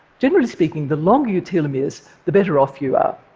generally speaking, the longer your telomeres, the better off you are.